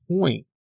point